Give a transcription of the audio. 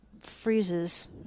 freezes